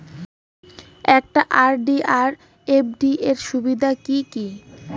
একটা আর.ডি আর এফ.ডি এর সুবিধা কি কি?